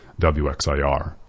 WXIR